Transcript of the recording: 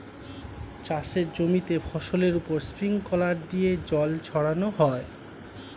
চাষের জমিতে ফসলের উপর স্প্রিংকলার দিয়ে জল ছড়ানো হয়